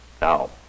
Now